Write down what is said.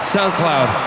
SoundCloud